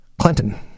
Clinton